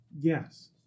Yes